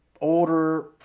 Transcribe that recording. older